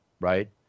right